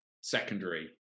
secondary